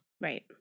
Right